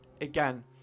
again